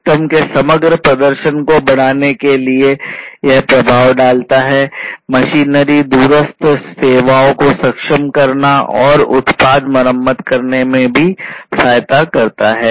system के समग्र प्रदर्शन को बढ़ाने के लिए प्रभाव डालता है मशीनरी दूरस्थ सेवाओं को सक्षम करना और उत्पाद मरम्मत करने में सहायता करता है